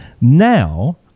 now